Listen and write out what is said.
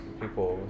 people